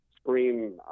scream